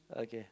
okay